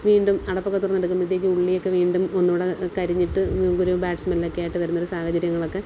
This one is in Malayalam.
വീണ്ടും അടപ്പ് ഒക്കെ തുറന്ന് എടുക്കുമ്പോഴത്തേക്കും ഉള്ളിയൊക്കെ വീണ്ടും ഒന്നുകൂടെ കരിഞ്ഞിട്ട് ഒരു ബാഡ് സ്മെല്ലൊക്കെയായിട്ട് വരുന്നൊരു സാഹചര്യങ്ങളിലൊക്കെ